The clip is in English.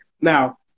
Now